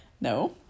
no